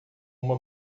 uma